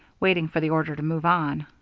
waiting for the order to move on.